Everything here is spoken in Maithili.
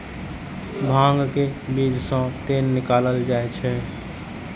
भांग के बीज सं तेल निकालल जाइ छै